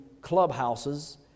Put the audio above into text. clubhouses